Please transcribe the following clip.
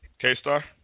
K-Star